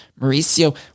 Mauricio